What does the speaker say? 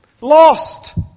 Lost